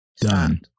done